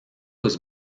was